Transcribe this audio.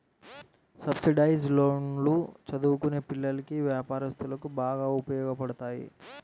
subsidised లోన్లు చదువుకునే పిల్లలకి, వ్యాపారస్తులకు బాగా ఉపయోగపడతాయి